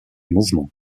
mouvement